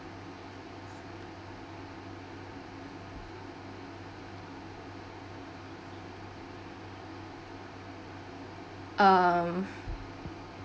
um